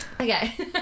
Okay